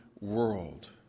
world